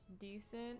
decent